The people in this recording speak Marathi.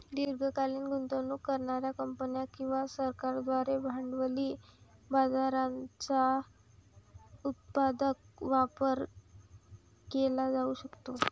दीर्घकालीन गुंतवणूक करणार्या कंपन्या किंवा सरकारांद्वारे भांडवली बाजाराचा उत्पादक वापर केला जाऊ शकतो